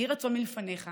יהי רצון מלפניך,